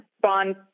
bond